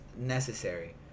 necessary